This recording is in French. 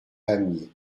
pamiers